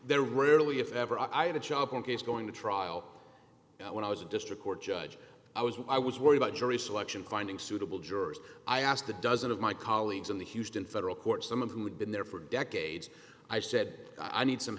there rarely if ever i had a child in case going to trial when i was a district court judge i was when i was worried about jury selection finding suitable jurors i asked a dozen of my colleagues in the houston federal court some of whom had been there for decades i said i need some